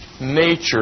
nature